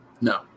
No